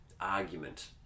argument